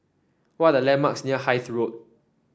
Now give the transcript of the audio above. what are the landmarks near Hythe Road